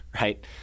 right